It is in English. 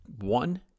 one